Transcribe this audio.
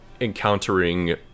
encountering